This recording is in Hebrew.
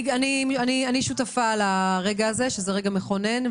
אני שותפה לכך שזה רגע מכונן.